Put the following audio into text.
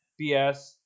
BS